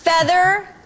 feather